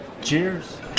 Cheers